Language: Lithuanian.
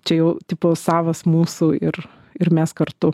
čia jau tipo savas mūsų ir ir mes kartu